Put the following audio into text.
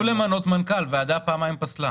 ניסו למנות מנכ"ל, הוועדה פעמיים פסלה.